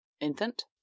infant